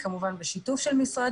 כמובן בשיתוף של משרד